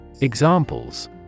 Examples